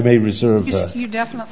may reserve you definitely